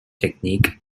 technique